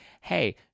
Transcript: hey